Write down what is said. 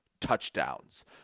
touchdowns